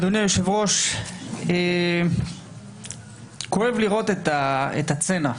אדוני היושב-ראש, כואב לראות את הצנע.